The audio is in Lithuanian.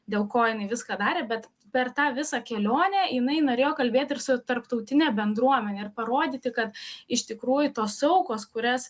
dėl ko jinai viską darė bet per tą visą kelionę jinai norėjo kalbėti ir su tarptautine bendruomene ir parodyti kad iš tikrųjų tos aukos kurias